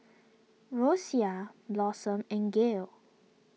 Rosia Blossom and Gale